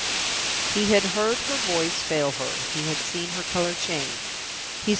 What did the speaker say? he had heard her voice fail her he had seen her color change.